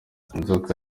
inzoka